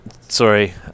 Sorry